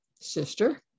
sister